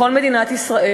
בכל מדינת ישראל,